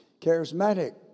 charismatic